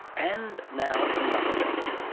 and now another date.